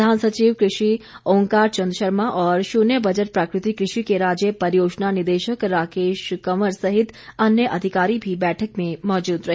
प्रधान सचिव कृषि ओंकार चंद शर्मा और शून्य बजट प्राकृतिक कृषि के राज्य परियोजना निदेशक राकेश कंवर सहित अन्य अधिकारी भी बैठक में मौजूद रहे